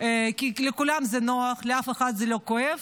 כי לכולם זה נוח, לאף אחד זה לא כואב.